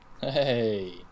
Hey